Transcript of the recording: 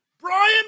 Brian